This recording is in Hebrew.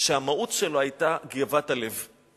שהמהות שלו היתה גאוות הלב.